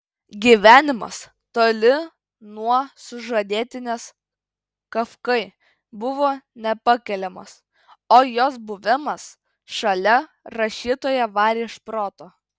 gyvenimas toli nuo sužadėtinės kafkai buvo nepakeliamas o jos buvimas šalia rašytoją varė iš proto